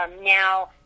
now